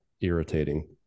irritating